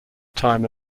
time